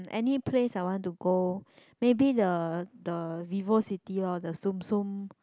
any place I want to go maybe the the Vivocity lor the Tsum Tsum